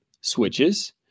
switches